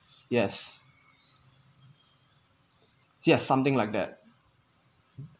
yes yes something like that